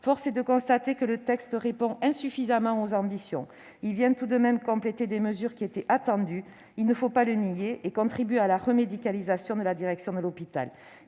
force est de constater que le présent texte répond insuffisamment aux ambitions. Il vient tout de même compléter des mesures qui étaient attendues- il ne faut pas le nier -et contribue à la remédicalisation de la direction de l'hôpital.